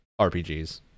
RPGs